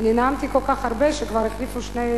אני נאמתי כל כך הרבה שכבר החליפו שני